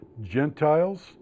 gentiles